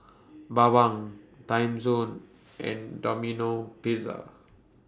Bawang Timezone and Domino Pizza